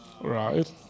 right